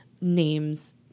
names